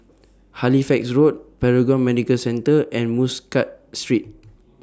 Halifax Road Paragon Medical Centre and Muscat Street